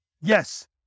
Yes